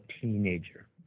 teenager